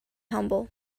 humble